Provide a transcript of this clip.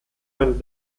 ein